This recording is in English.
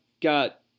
got